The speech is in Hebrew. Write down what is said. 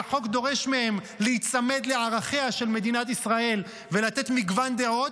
והחוק דורש מהם להיצמד לערכיה של מדינת ישראל ולתת מגוון דעות,